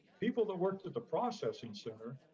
people that worked at the processing center,